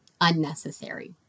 unnecessary